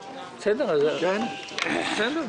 - מיקי,